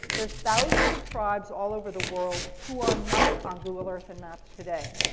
there are thousands of tribes all over the world who are not on google earth and maps today.